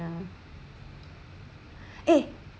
and eh